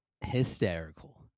hysterical